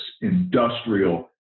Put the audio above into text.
industrial